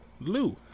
Lou